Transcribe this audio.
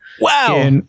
Wow